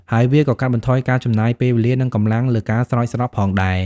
ហើយវាក៏កាត់បន្ថយការចំណាយពេលវាលា និងកម្លាំងលើការស្រោចស្រពផងដែរ។